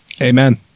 amen